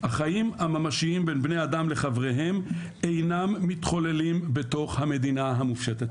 החיים הממשיים בין בני אדם לחבריהם אינם מתחוללים בתוך המדינה המופשטת.